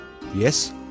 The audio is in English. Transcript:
Yes